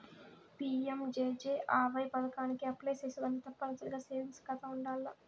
PMJJAY పదకానికి apply సేసేదానికి తప్పనిసరిగా సేవింగ్స్ కాతా ఉండాల్ల